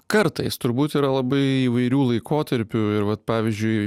kartais turbūt yra labai įvairių laikotarpių ir vat pavyzdžiui